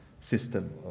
system